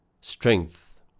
strength